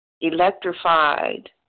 electrified